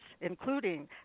including